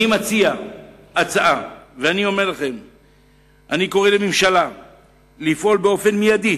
אני מציע הצעה וקורא לממשלה לפעול באופן מיידי